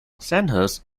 sandhurst